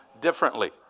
differently